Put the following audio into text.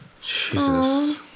jesus